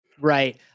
Right